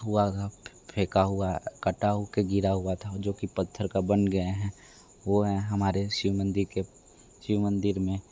हुआ था फेंका हुआ कटा होके गिरा हुआ था जोकि पत्थर का बन गए हैं वो हैं हमारे शिव मंदिर के शिव मंदिर में